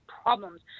Problems